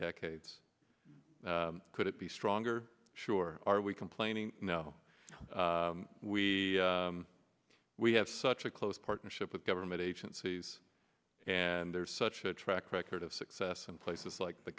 decades could it be stronger sure are we complaining now we we have such a close partnership with government agencies and there's such a track record of success in places like the